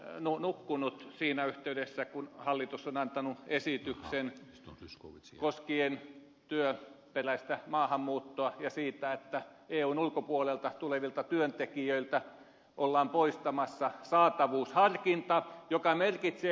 zyskowicz nukkunut siinä yhteydessä kun hallitus on antanut esityksen koskien työperäistä maahanmuuttoa ja sitä että eun ulkopuolelta tulevilta työntekijöitä ollaan poistamassa saatavuusharkinta joka merkitsee ed